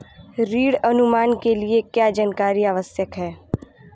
ऋण अनुमान के लिए क्या जानकारी आवश्यक है?